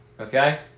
Okay